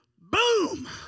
boom